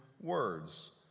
words